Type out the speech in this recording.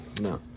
no